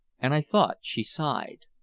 and i thought she sighed.